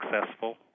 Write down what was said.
successful